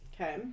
Okay